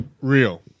Real